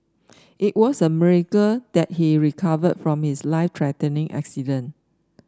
it was a miracle that he recovered from his life threatening accident